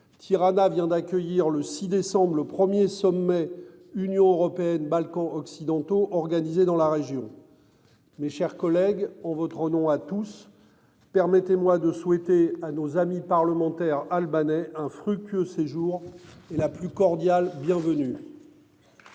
Tirana vient d'accueillir le 6 décembre le 1er sommet Union européenne Balkans occidentaux. Dans la région. Mes chers collègues ont votre nom à tous, permettez-moi de souhaiter à nos amis parlementaires albanais un fructueux séjour et la plus cordiale bienvenue.--